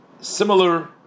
similar